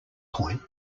point